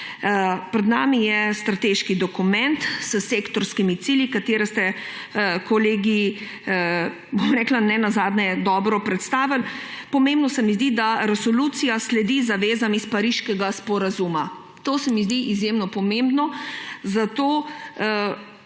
Pred nami je strateški dokument s sektorskim cilji, katere ste kolegi nenazadnje dobro predstavili. Pomembno se mi zdi, da resolucija sledi zavezam iz Pariškega sporazuma. To se mi zdi izjemno pomembno, zato